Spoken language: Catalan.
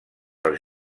als